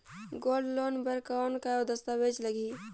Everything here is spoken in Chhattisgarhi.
गोल्ड लोन बर कौन का दस्तावेज लगही?